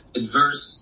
adverse